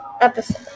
episode